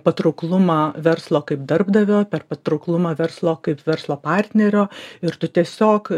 patrauklumą verslo kaip darbdavio per patrauklumą verslo kaip verslo partnerio ir tu tiesiog